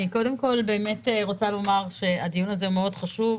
קודם כול, אני רוצה לומר שהדיון הזה חשוב מאוד.